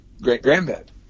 great-granddad